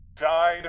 died